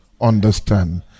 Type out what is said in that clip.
understand